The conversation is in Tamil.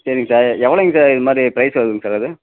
சரிங்க சார் எவ்வளோங்க சார் இது மாதிரி ப்ரைஸ் வருதுங்க சார் அது